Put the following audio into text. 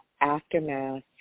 aftermath